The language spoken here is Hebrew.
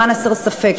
למען הסר ספק,